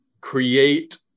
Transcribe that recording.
create